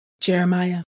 Jeremiah